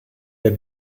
der